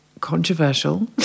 controversial